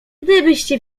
gdybyście